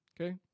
Okay